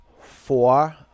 Four